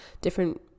different